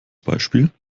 beispiel